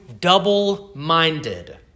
double-minded